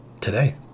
Today